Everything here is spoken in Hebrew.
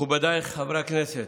מכובדיי חברי הכנסת,